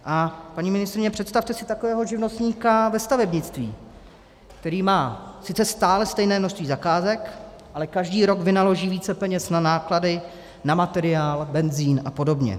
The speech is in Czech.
A paní ministryně, představte si takového živnostníka ve stavebnictví, který má sice stále stejné množství zakázek, ale každý rok vynaloží více peněz na náklady, na materiál, benzin apod.